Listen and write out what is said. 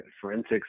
forensics